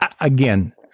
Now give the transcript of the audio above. again